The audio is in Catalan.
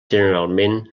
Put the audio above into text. generalment